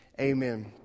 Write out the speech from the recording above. Amen